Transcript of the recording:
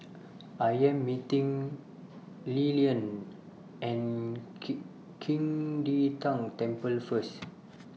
I Am meeting Lilyan At Qing De Tang Temple First